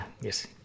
yes